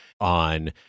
on